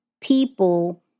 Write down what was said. people